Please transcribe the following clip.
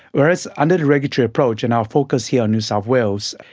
whereas under the regulatory approach and our focus here on new south wales,